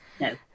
No